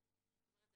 לראות.